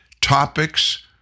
topics